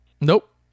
Nope